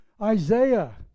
Isaiah